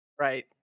right